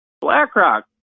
BlackRock